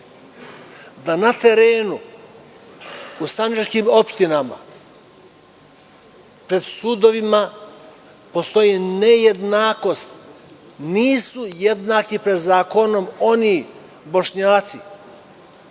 da na terenu u Sandžačkim opštinama pred sudovima postoji nejednakost, nisu jednaki pred zakonom oni Bošnjaci